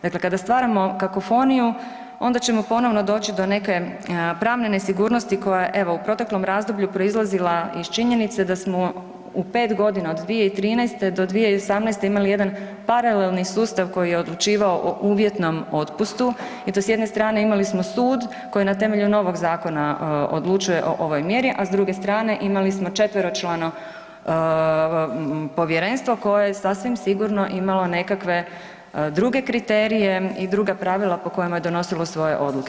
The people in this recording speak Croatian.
Dakle, kada stvaramo kakofoniju onda ćemo ponovno doći do neke pravne nesigurnosti koja je evo u proteklom razdoblju proizlazila iz činjenice da smo u 5.g. od 2013. do 2018. imali jedan paralelni sustav koji je odlučivao o uvjetnom otpustu i to s jedne strane imali smo sud koji na temelju novog zakona odlučuje o ovoj mjeri, a s druge strane imali smo četveročlano povjerenstvo koje je sasvim sigurno imalo nekakve druge kriterije i druga pravila po kojima je donosilo svoje odluke.